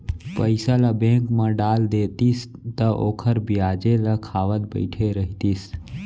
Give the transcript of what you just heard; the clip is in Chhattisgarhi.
पइसा ल बेंक म डाल देतिस त ओखर बियाजे ल खावत बइठे रहितिस